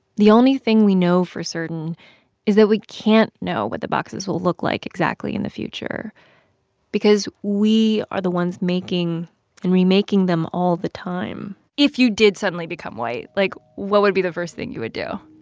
the only thing we know for certain is that we can't know what the boxes will look like exactly in the future because we are the ones making and remaking them all the time if you did suddenly become white, like, what would be the first thing you would do?